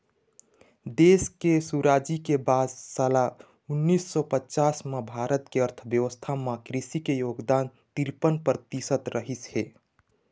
देश के सुराजी के बाद साल उन्नीस सौ पचास म भारत के अर्थबेवस्था म कृषि के योगदान तिरपन परतिसत रहिस हे